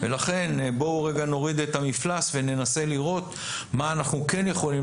לכן בואו נוריד את המפלס וננסה לראות מה אנחנו כן יכולים